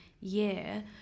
year